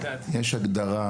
יש הגדרה.